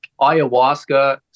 ayahuasca